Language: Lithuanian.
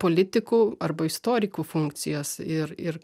politikų arba istorikų funkcijas ir ir